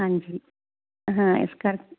ਹਾਂਜੀ ਹਾਂ ਇਸ ਕਰ